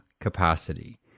capacity